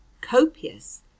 copious